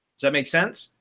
that make sense.